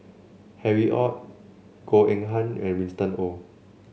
Harry Ord Goh Eng Han and Winston Oh